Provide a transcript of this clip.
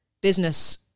business